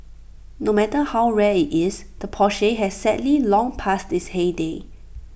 no matter how rare IT is the Porsche has sadly long passed its heyday